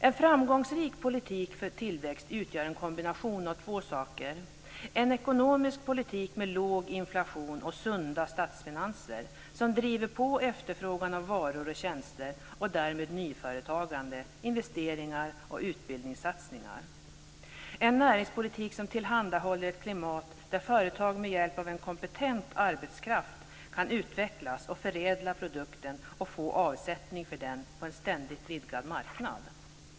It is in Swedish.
En framgångsrik politik för tillväxt utgör en kombination av två saker: - en ekonomisk politik med låg inflation och sunda statsfinanser, som driver på efterfrågan av varor och tjänster och därmed nyföretagande, investeringar och utbildningssatsningar samt - en näringspolitik som tillhandahåller ett klimat där företag med hjälp av en kompetent arbetskraft kan utvecklas och förädla sina produkter och få avsättning för dem på en ständigt vidgad marknad.